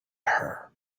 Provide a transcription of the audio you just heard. her